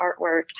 artwork